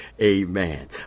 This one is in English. Amen